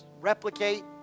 replicate